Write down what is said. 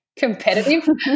Competitive